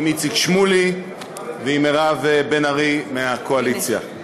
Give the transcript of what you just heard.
איציק שמולי ומירב בן ארי מהקואליציה.